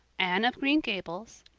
anne of green gables,